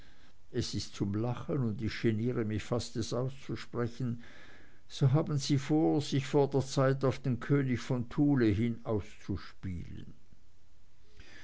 es ist zum lachen und ich geniere mich fast es auszusprechen so haben sie vor sich vor der zeit auf den könig von thule hin